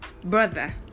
brother